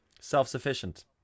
Self-sufficient